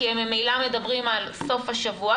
כי הם ממילא מדברים על סוף השבוע,